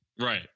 Right